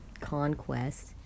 conquest